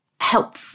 help